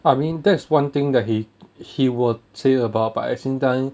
I mean that's one thing that he he will say about but at the same time